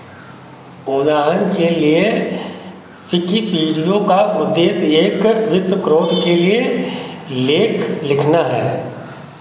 उदाहरण के लिए विकिपीडियो का उद्देश्य एक विश्वकोश लिए लेख लिखना है